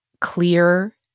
clear